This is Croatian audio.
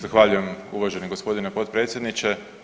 Zahvaljujem uvaženi gospodine potpredsjedniče.